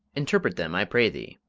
interpret them, i pray thee.